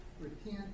Repent